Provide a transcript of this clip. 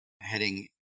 heading